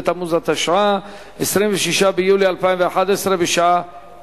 עשרה בעד, אין מתנגדים, אין נמנעים.